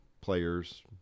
players